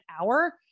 hour